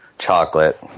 Chocolate